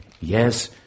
yes